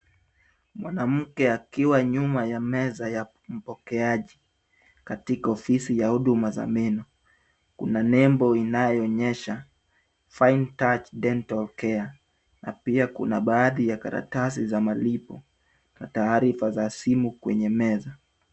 Mwanamke akiwa nyuma ya meza ya mpokeaji katika ofisi ya huduma za meno. Kuna nembo inayoonyesha finetouch dental care na pia kuna baadhi ya karatasi za malipo na taarifa za simu kwenye meza.